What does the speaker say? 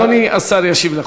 אדוני השר ישיב לכולם.